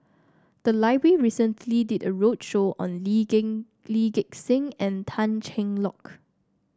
the library recently did a roadshow on Lee Gain Lee Gek Seng and Tan Cheng Lock